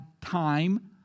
time